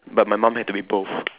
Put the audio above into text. but my mum had to be both